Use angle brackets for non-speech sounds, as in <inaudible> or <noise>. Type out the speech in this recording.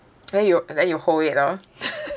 then you and then you hold it lor <laughs>